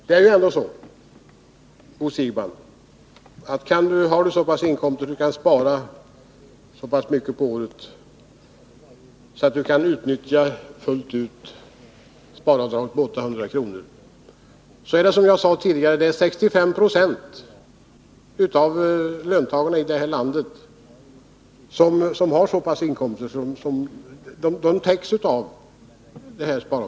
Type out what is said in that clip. Som jag sade tidigare är det ändå så, Bo Siegbahn, att 65 26 av löntagarna i det här landet inte har så höga inkomster att de kan spara så pass mycket under året att de fullt ut kan utnyttja sparavdraget på 800 kr.